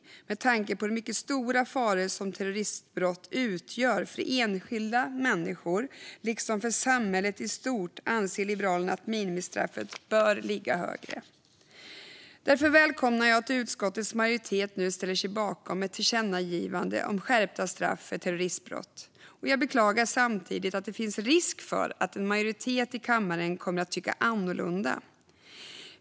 Med tanke på de mycket stora faror som terroristbrott utgör för enskilda människor liksom för samhället i stort anser Liberalerna att minimistraffet bör ligga högre. Därför välkomnar jag att utskottets majoritet nu ställer sig bakom ett tillkännagivande om skärpta straff för terroristbrott. Jag beklagar samtidigt att det finns risk för att en majoritet i kammaren kommer att tycka annorlunda.